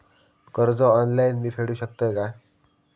कर्ज ऑनलाइन मी फेडूक शकतय काय?